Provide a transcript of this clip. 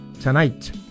tonight